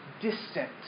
distant